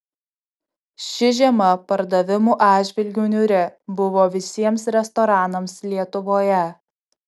ši žiema pardavimų atžvilgiu niūri buvo visiems restoranams lietuvoje